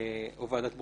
או ועדת בוחנים,